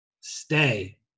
stay